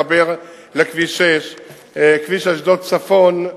לחבר לכביש 6. כביש אשדוד צפון.